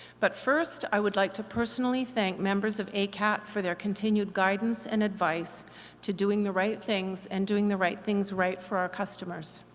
but first i would like to personally thank members of acat for their continued guidance and advice to doing the right things and doing the right things right for our customers,